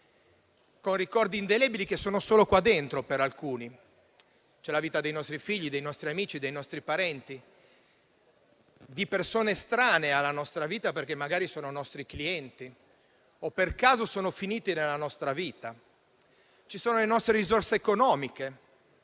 con ricordi indelebili che per alcuni sono solo a loro interno. C'è la vita dei nostri figli, dei nostri amici, dei nostri parenti, di persone estranee alla nostra vita, perché magari nostri clienti o per caso con noi coinvolti. Ci sono le nostre risorse economiche.